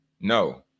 no